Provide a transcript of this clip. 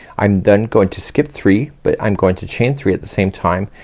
i'm then going to skip three, but i'm going to chain three at the same time,